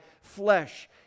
flesh